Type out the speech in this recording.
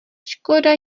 škoda